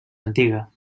antiga